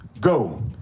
go